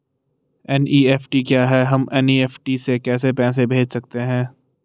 NEFT क्या है हम एन.ई.एफ.टी से कैसे पैसे भेज सकते हैं?